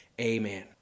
amen